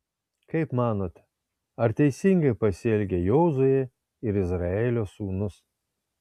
kaip manote ar teisingai pasielgė jozuė ir izraelio sūnus